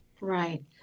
Right